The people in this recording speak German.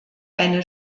eine